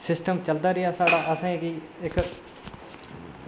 system चलदा रेहा साढ़ा ते असें केह् इक्क